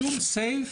שום סעיף,